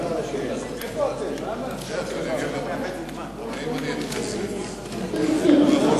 ההצעה להעביר את הצעת חוק התעבורה (החלת